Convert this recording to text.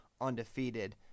undefeated